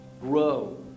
grow